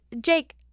Jake